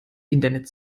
internet